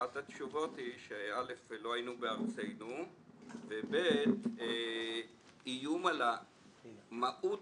אחת התשובות היא שלא היינו בארצנו ובנוסף איום על המהות